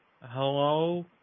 hello